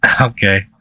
Okay